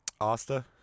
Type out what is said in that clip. Asta